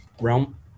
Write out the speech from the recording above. realm